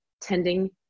tending